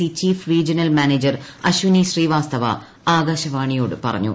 C chief regional manager Ashwini Srivastava ആകാശവാണിയോട് പറഞ്ഞു